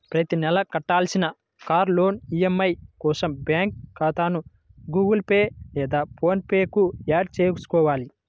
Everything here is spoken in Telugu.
ప్రతి నెలా కట్టాల్సిన కార్ లోన్ ఈ.ఎం.ఐ కోసం బ్యాంకు ఖాతాను గుగుల్ పే లేదా ఫోన్ పే కు యాడ్ చేసుకోవాలి